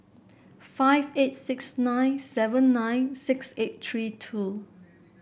five eight six nine seven nine six eight three two